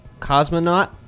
Cosmonaut